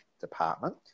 department